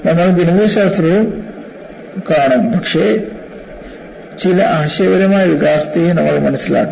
നമ്മൾ ഗണിതശാസ്ത്രവും കാണും പക്ഷേ ചില ആശയപരമായ വികാസത്തെയും നമ്മൾ മനസ്സിലാക്കണം